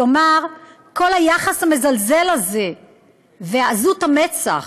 כלומר, כל היחס המזלזל הזה ועזות המצח,